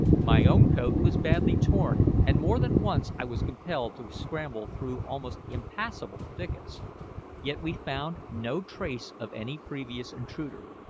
my own coat was badly torn, and more than once i was compelled to scramble through almost impassable thickets yet we found no trace of any previous intruder,